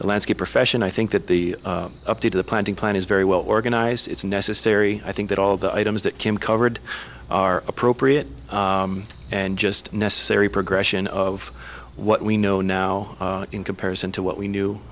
the landscape profession i think that the update to the planting plan is very well organized it's necessary i think that all the items that came covered are appropriate and just necessary progression of what we know now in comparison to what we knew